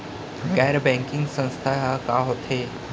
गैर बैंकिंग संस्था ह का होथे?